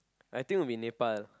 I think would be Nepal